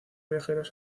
viajeros